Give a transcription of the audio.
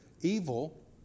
Evil